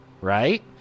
right